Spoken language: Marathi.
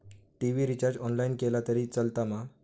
टी.वि रिचार्ज ऑनलाइन केला तरी चलात मा?